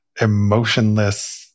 emotionless